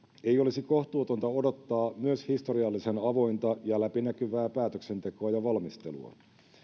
ei olisi kohtuutonta odottaa myös historiallisen avointa ja läpinäkyvää päätöksentekoa ja valmistelua